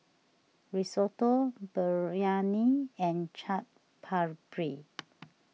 Risotto Biryani and Chaat Papri